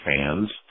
fans